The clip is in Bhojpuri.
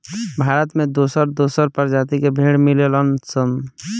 भारत में दोसर दोसर प्रजाति के भेड़ मिलेलन सन